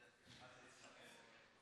ברשות יושב-ראש הכנסת, הנני מתכבדת להודיעכם,